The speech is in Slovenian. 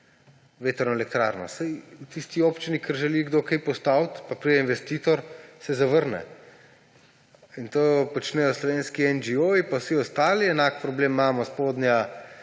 vetrno elektrarno. Saj v tisti občini, kjer želi kdo kaj postaviti pa pride investitor, se zavrne. In to počnejo slovenski NGO-ji pa vsi ostali. Enak problem imamo z zadnjo